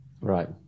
right